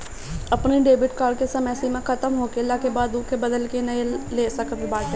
अपनी debit card के समय सीमा खतम होखला के बाद ओके बदल के नया ले सकत बाटअ